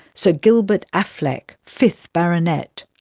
so gilbert affleck, fifth baronet.